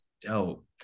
dope